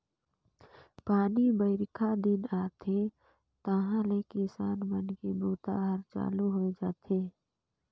पानी बाईरखा दिन आथे तहाँले किसान मन के बूता हर चालू होए जाथे